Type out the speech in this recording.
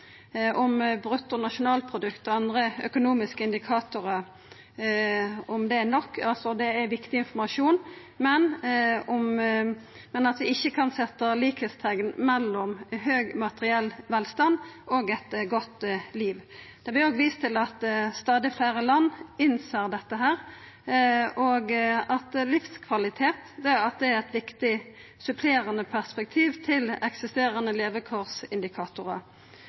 om vi veit korleis folk i Noreg eigentleg har det, om bruttonasjonalprodukt og andre økonomiske indikatorar er nok. Det er viktig informasjon, men vi kan ikkje setja likskapsteikn mellom høg materiell velstand og eit godt liv. Det vert òg vist til at stadig fleire land innser dette, at livskvalitet er eit viktig supplerande perspektiv til eksisterande levekårsindikatorar,